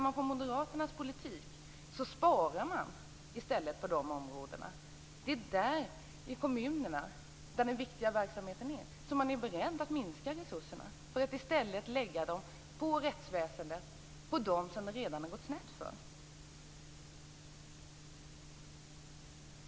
Med Moderaternas politik sparar man i stället på dessa områden. Det är där, i kommunerna där den viktiga verksamheten utförs, som man är beredd att minska resurserna för att i stället lägga dem på rättsväsendet och på dem som det redan har gått snett för.